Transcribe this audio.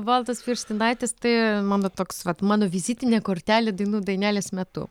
baltos pirštinaitės tai mano toks vat mano vizitinė kortelė dainų dainelės metu